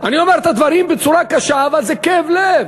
אני אומר את הדברים בצורה קשה, אבל זה כאב לב.